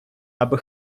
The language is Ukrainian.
аби